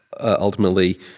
ultimately